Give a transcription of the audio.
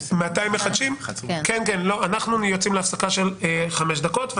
11:32.) אנחנו מחדשים את ישיבת הוועדה.